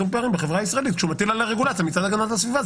פערים כשהוא מטיל על הרגולציה מצד הגנת הסביבה.